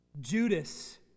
Judas